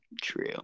True